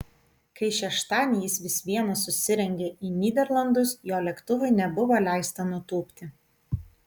kai šeštadienį jis vis viena susirengė į nyderlandus jo lėktuvui nebuvo leista nutūpti